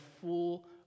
full